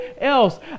else